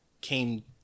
came